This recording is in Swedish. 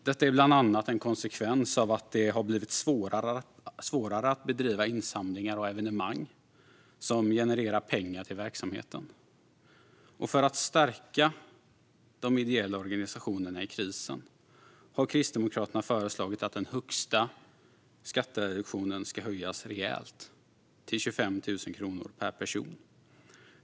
Det är bland annat en konsekvens av att det har blivit svårare att bedriva insamlingar och skapa evenemang som genererar pengar till verksamheterna. För att stärka de ideella organisationerna i krisen har Kristdemokraterna föreslagit att den högsta skattereduktionen ska höjas rejält, till 25 000 kronor per person.